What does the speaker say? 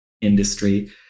industry